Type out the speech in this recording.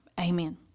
amen